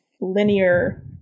linear